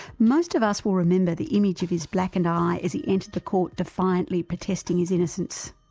most of us will remember the images of his blackened eye as he entered the court defiantly protesting his innocence.